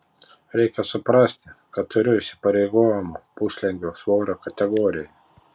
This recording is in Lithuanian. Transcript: reikia suprasti kad turiu įsipareigojimų puslengvio svorio kategorijoje